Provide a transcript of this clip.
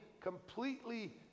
completely